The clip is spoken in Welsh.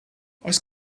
oes